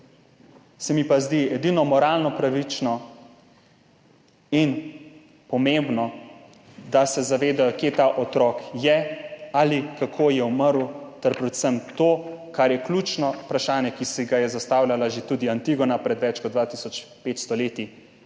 se mi pa zdi edino moralno pravično in pomembno, da se zavedajo, kje je ta otrok ali kako je umrl ter predvsem to, kar je ključno vprašanje, ki si ga je zastavljala tudi že Antigona pred več kot 2 tisoč